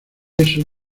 eso